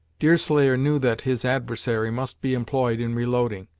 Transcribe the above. deerslayer knew that his adversary must be employed in reloading,